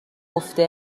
گفته